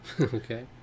Okay